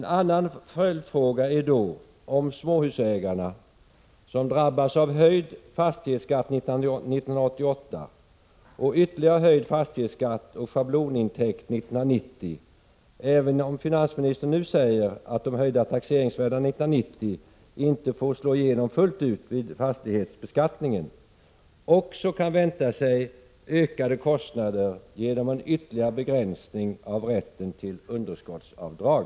En annan följdfråga är om småhusägarna som drabbas av höjd fastighetsskatt 1988 och ytterligare höjd fastighetsskatt och schablonintäkt 1990 — även om finansministern nu säger att de höjda taxeringsvärdena 1990 inte får slå igenom fullt ut vid fastighetsbeskattningen — också kan vänta sig ökade kostnader genom en ytterligare begränsning av rätten till underskottsavdrag.